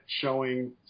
showing